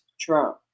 trump